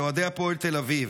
לאוהדי הפועל תל אביב,